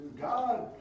God